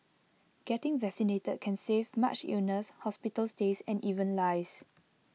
getting vaccinated can save much illness hospital stays and even lies